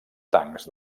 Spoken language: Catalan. tancs